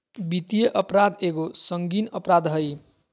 वित्तीय अपराध एगो संगीन अपराध हइ